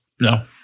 No